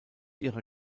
ihrer